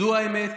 זו האמת,